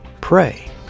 Pray